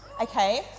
okay